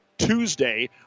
Tuesday